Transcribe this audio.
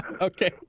Okay